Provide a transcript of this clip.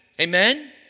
amen